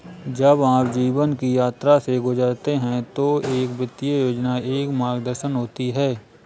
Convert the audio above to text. जब आप जीवन की यात्रा से गुजरते हैं तो एक वित्तीय योजना एक मार्गदर्शन होती है